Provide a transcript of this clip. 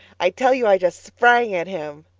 i tell you i just sprang at him.